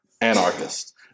anarchist